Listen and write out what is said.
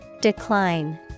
Decline